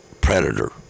predator